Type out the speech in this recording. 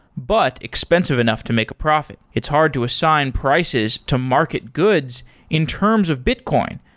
but expensive enough to make a profit. it's hard to assign prices to market goods in terms of bitcoin,